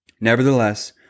Nevertheless